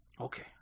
Okay